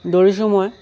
দৌৰিছোঁ মই